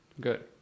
Good